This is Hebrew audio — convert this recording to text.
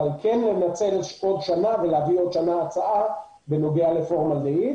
אבל כן לנצל את השנה ולהביא בעוד שנה הצעה בנוגע לפורמלדהיד